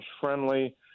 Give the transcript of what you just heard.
friendly